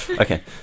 okay